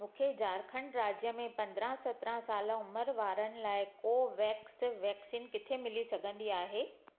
मूंखे झारखण्ड राज्य में पंद्रहं सत्रहं साल उमिरि वारनि लाइ कोवेक्स वैक्सीन किथे मिली सघंदी आहे